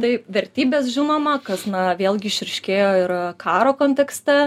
taip vertybės žinoma kas na vėlgi išryškėjo ir karo kontekste